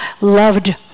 loved